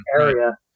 area